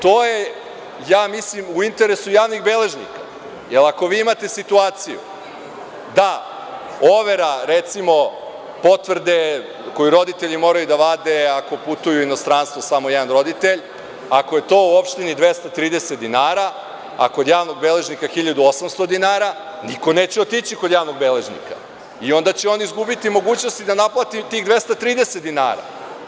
To je, mislim, u interesu i javnih beležnika jer ako imate situaciju da overa, recimo, potvrde koju roditelji moraju da vade ako putuju u inostranstvo, samo jedan roditelj, ako je to u opštini 230 dinara, a kod javnog beležnika 1.800 dinara, niko neće otići kod javnog beležnika i onda će on izgubiti mogućnost danaplati i tih 230 dinara.